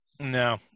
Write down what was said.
no